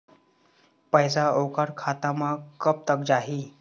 पैसा ओकर खाता म कब तक जाही?